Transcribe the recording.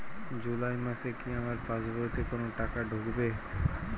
জুলাই মাসে কি আমার পাসবইতে কোনো টাকা ঢুকেছে?